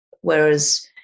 whereas